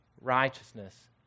righteousness